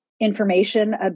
information